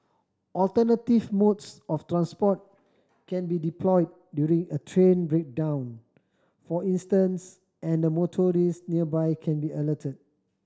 alternative modes of transport can be deployed during a train breakdown for instance and motorist nearby can be alerted